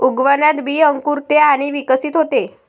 उगवणात बी अंकुरते आणि विकसित होते